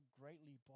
greatly